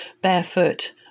barefoot